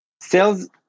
sales